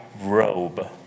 robe